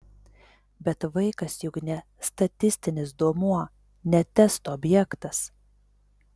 bet vaikas juk ne statistinis duomuo ne testo objektas